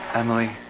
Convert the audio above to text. Emily